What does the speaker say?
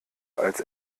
als